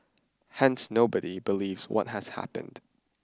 Hence nobody believes what has happened